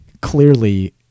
clearly